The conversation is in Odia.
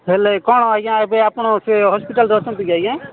ହେଲେ କ'ଣ ଆଜ୍ଞା ଏବେ ଆପଣ ସେ ହସ୍ପିଟାଲ୍ରେ ଅଛନ୍ତି କି ଆଜ୍ଞା